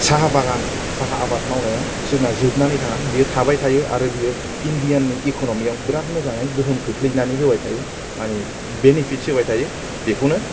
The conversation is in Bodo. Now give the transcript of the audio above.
साहा बागान साहा आबाद मावनाया जोंना जोबनानै थाङा बियो थाबाय थायो आरो बियो इन्डियानि इकनमि आव बिरात मोजांयै गोहोम खोख्लैनानै होबाय थायो माने बेनिफिट्स होबाय थायो बेखौनो